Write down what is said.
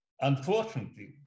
Unfortunately